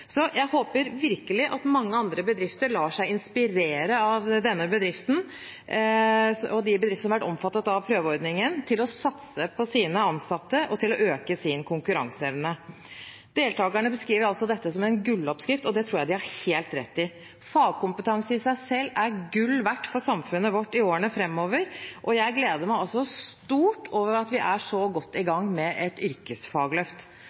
så viktig er det det gjør med stoltheten for yrket og trivselen på jobben. Bedriften ser også store fordeler og mener det er bra at de kan gjøre det for de ansatte, og at det faktisk også øker deres egen konkurranseevne. Jeg håper virkelig at mange andre bedrifter lar seg inspirere av denne bedriften – og de bedriftene som har vært omfattet av prøveordningen – til å satse på sine ansatte og til å øke sin konkurranseevne. Deltakerne beskriver altså dette som en gulloppskrift, og det tror jeg de har